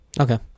Okay